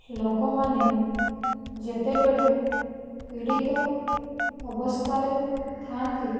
ଲୋକମାନେ ଯେତେବେଳେ ପୀଡ଼ିତ ଅବସ୍ଥାରେ ଥାନ୍ତି